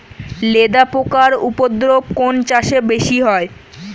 লেদা পোকার উপদ্রব কোন চাষে বেশি হয়?